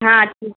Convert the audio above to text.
ہاں ٹھیک ہے